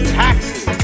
taxes